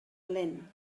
lent